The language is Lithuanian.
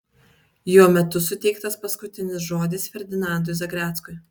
jo metu suteiktas paskutinis žodis ferdinandui zagreckui